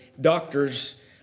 doctor's